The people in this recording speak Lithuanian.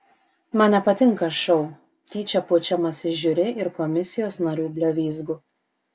man nepatinka šou tyčia pučiamas iš žiuri ir komisijos narių blevyzgų